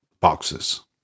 boxes